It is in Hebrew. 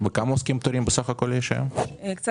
כמה עוסקים פטורים יש היום בסך הכול?